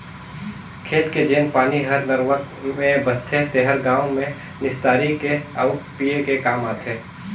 खेत के जेन पानी हर नरूवा में बहथे तेहर गांव में निस्तारी के आउ पिए के काम आथे